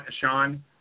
Sean